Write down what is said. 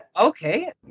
okay